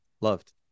loved